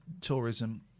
tourism